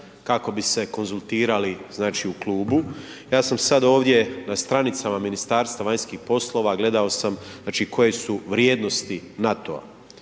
kako bi se konzultirali znači u klubu. Ja sam sad ovdje na stranicama Ministarstva vanjskih poslova, gledao sam znači koje su vrijednosti NATO-a.